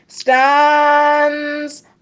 stands